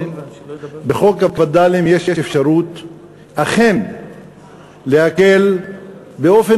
בחוק הווד"לים יש אפשרות אכן להקל באופן